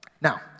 Now